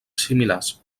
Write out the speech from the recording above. similars